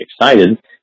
excited